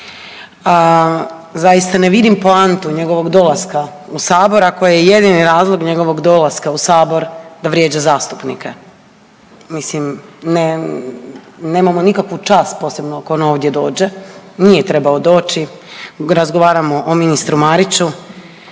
Zaista ne vidim poantu njegovog dolaska u sabor ako je jedini razlog njegovog dolaska u sabor da vrijeđa zastupnike, mislim, nemamo nikakvu čast posebno ako on ovdje dođe, nije trebao doći, razgovaramo o ministru Mariću,